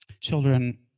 children